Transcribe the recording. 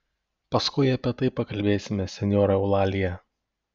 paskui apie tai pakalbėsime senjora eulalija